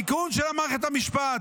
תיקון של מערכת המשפט,